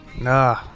Nah